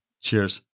Cheers